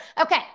okay